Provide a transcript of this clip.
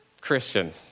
Christian